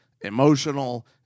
emotional